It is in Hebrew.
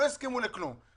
לא הסכימו לכלום.